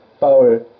power